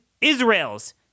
Israel's